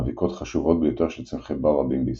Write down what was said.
מאביקות חשובות ביותר של צמחי בר רבים בישראל.